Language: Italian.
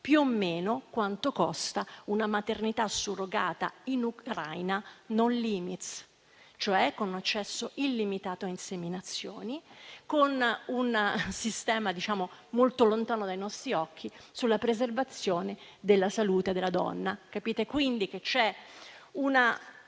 più o meno quanto costa una maternità surrogata in Ucraina *no limits*, cioè con accesso illimitato a inseminazioni e con un sistema molto lontano dai nostri occhi sulla preservazione della salute della donna. Capite quindi che c'è, a